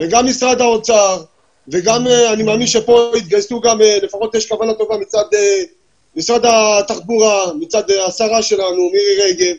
וגם משרד האוצר ואני מאמין שגם משרד התחבורה מצד השרה שלנו מירי רגב,